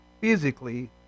physically